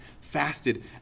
fasted